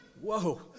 whoa